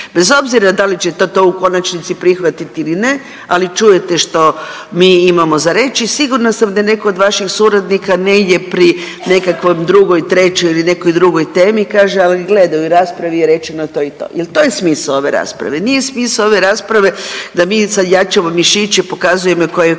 bez obzira da li ćete to u konačnici prihvatiti ili ne, ali čujete što mi imamo za reći. Sigurna sam da netko od vaših suradnika negdje pri nekakvoj drugoj, trećoj ili nekoj drugoj temi kaže, ali gledaj u ovoj raspravi je rečeno to i to jer to je smisao ove rasprave, nije smisao ove rasprave da mi sad jačamo mišiće, pokazujemo tko je